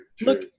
look